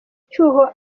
cyuho